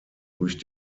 durch